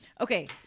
okay